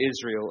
Israel